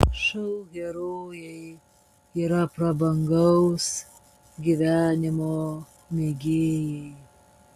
šou herojai yra prabangaus gyvenimo mėgėjai